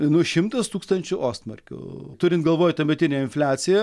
nu šimtas tūkstančių ostmarkių turint galvoj tuometinę infliaciją